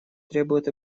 требуют